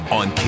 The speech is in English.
on